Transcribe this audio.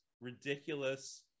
ridiculous